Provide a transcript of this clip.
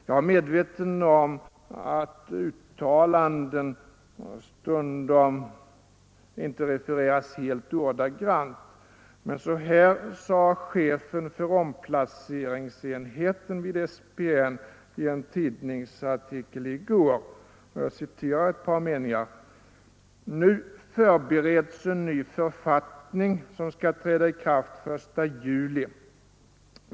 Jag är medveten om att uttalanden stundom inte refereras helt ordagrant, men så här sade chefen för omplaceringsenheten vid SPN i en tidningsartikel i går. Jag citerar ett par meningar: ”Nu förbereds en ny författning som skall träda i kraft den 1 juli.